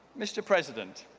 mr. president,